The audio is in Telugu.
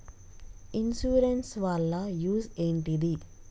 ఇన్సూరెన్స్ వాళ్ల యూజ్ ఏంటిది?